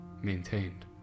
maintained